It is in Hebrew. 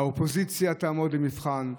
האופוזיציה תעמוד למבחן.